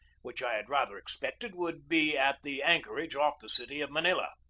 which i had rather expected would be at the anchor age off the city of manila.